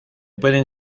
pueden